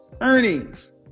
earnings